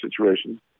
situation